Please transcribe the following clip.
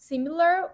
Similar